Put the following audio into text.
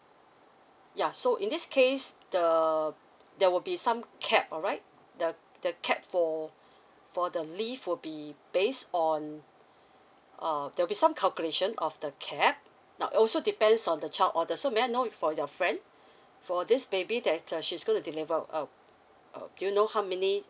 ya so in this case the there will be some cap alright the the cap for for the leave will be based on um there'll be some calculation of the cap now also depends on the child order so may I know it for your friend for this baby that's a she's gonna deliver uh uh you know how many